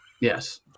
Yes